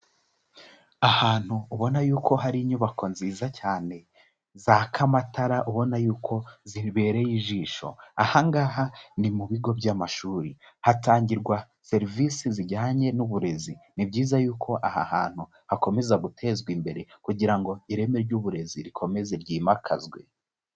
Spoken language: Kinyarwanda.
Ahantu ubona yuko hari inyubako nziza cyane zaka amatara ubona yuko zibereye ijisho. Aha ngaha ni mu bigo by'amashuri hatangirwa serivisi zijyanye n'uburezi. Ni byiza yuko aha hantu hakomeza gutezwa imbere kugira ngo ireme ry'uburezi rikomeze ryimakazwe.